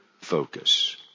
focus